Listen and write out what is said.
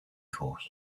course